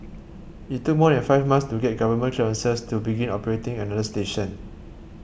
it took more than five months to get government clearances to begin operating another station